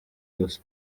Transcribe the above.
gusa